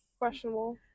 questionable